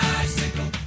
Bicycle